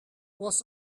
was